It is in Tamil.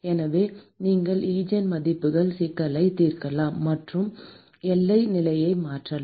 எனவே நீங்கள் Eigen மதிப்பு சிக்கலை தீர்க்கலாம் மற்றும் எல்லை நிலையை மாற்றலாம்